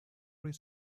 read